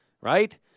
Right